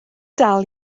dal